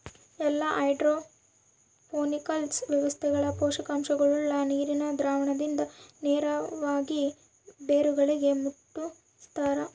ಎಲ್ಲಾ ಹೈಡ್ರೋಪೋನಿಕ್ಸ್ ವ್ಯವಸ್ಥೆಗಳ ಪೋಷಕಾಂಶಗುಳ್ನ ನೀರಿನ ದ್ರಾವಣದಿಂದ ನೇರವಾಗಿ ಬೇರುಗಳಿಗೆ ಮುಟ್ಟುಸ್ತಾರ